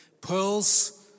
Pearls